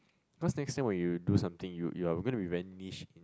cause next time when you do something you you are going to be very niche in